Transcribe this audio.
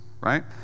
right